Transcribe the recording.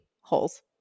holes